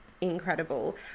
incredible